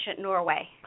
Norway